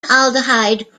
aldehyde